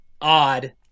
odd